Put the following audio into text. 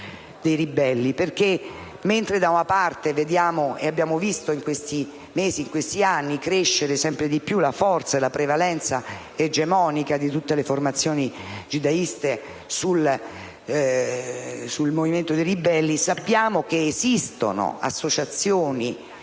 sui ribelli. Mentre vediamo e abbiamo visto in questi mesi e anni crescere sempre più la forza e la prevalenza egemonica di tutte le formazioni jihadiste nel movimento dei ribelli, sappiamo che esistono associazioni